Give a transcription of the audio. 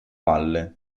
valle